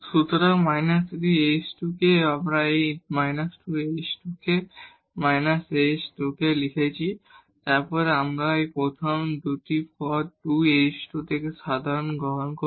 সুতরাং −3 h2k আমরা এই −2 h2k −h2k লিখেছি তারপর আমরা প্রথম 2 টি টার্ম 2 h2 থেকে সাধারণ গ্রহণ করি